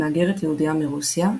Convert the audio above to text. מהגרת יהודייה מרוסיה,